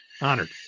Honored